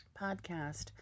podcast